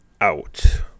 out